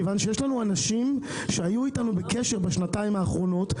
מכיוון שיש לנו אנשים שהיו איתנו בקשר בשנתיים האחרונות,